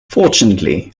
fortunately